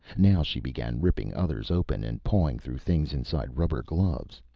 now she began ripping others open and pawing through things inside rubber-gloves.